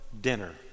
dinner